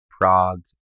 Prague